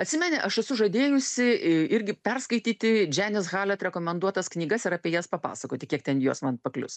atsimeni aš esu žadėjusi irgi perskaityti dženis halet rekomenduotas knygas ir apie jas papasakoti kiek ten jos man paklius